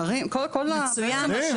מצוין.